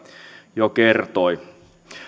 jo kertoi